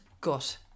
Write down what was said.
gut